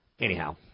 Anyhow